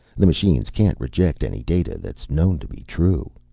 the machines can't reject any data that's known to be true.